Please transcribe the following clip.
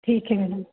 ठीक है मैडम